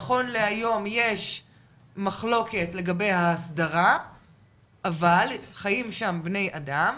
נכון להיום יש מחלוקת לגבי ההסדרה- אבל חיים שם בני אדם,